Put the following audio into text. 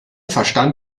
verstand